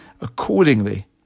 accordingly